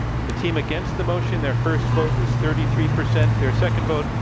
the team against the motion, their first vote was thirty three percent. their second vote,